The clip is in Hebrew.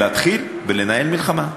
להתחיל ולנהל מלחמה.